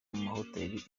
mahoteli